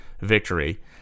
victory